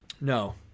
no